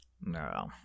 No